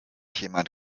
jemand